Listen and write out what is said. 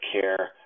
care